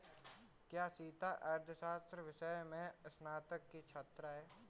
क्या सीता अर्थशास्त्र विषय में स्नातक की छात्रा है?